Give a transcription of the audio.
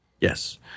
Yes